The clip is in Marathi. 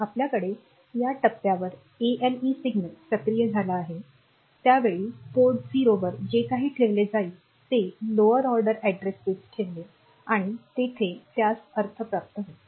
आपल्याकडे या टप्प्यावर ALE सिग्नल सक्रिय झाला आहे त्या वेळी पोर्ट 0 वर जे काही ठेवले जाईल ते लोअर ऑर्डर एड्रेसवर बिट्स ठेवेल आणि येथे त्यास अर्थ प्राप्त होईल